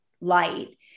light